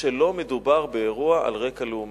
שלא מדובר באירוע על רקע לאומני.